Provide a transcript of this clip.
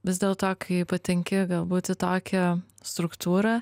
vis dėl to kai patenki galbūt į tokią struktūrą